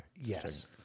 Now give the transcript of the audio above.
Yes